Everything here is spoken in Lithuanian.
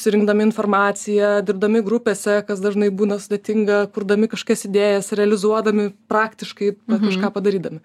surinkdami informaciją dirbdami grupėse kas dažnai būna sudėtinga kurdami kažkokias idėjas realizuodami praktiškai kažką padarydami